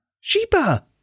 Sheba